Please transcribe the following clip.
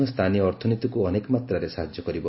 ଏହା ମଧ୍ୟ ସ୍ଥାନୀୟ ଅର୍ଥନୀତିକୁ ଅନେକ ମାତ୍ରାରେ ସାହାଯ୍ୟ କରିବ